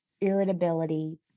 irritability